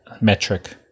metric